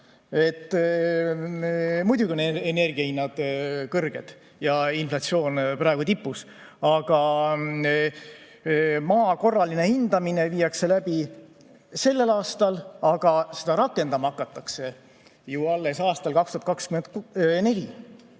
Muidugi on energiahinnad kõrged ja inflatsioon praegu tipus, aga maa korraline hindamine viiakse läbi sellel aastal, ent seda rakendama hakatakse ju alles aastal 2024.